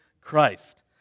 Christ